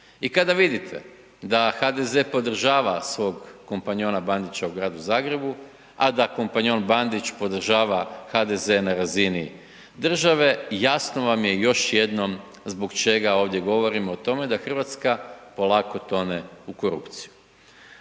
I kada vidite da HDZ podržava svog kompanjona Bandića u Gradu Zagrebu, a da kompanjon Bandić podržava HDZ na razini države, jasno vam je još jednom zbog čega ovdje govorim o tome, da Hrvatska polako tone u korupciju.